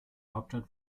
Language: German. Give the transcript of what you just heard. hauptstadt